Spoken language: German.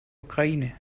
ukraine